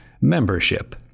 membership